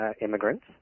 immigrants